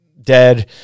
dead